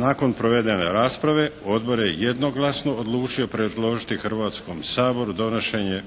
Nakon provedene rasprave odbor je jednoglasno odlučio predložiti Hrvatskom saboru donošenje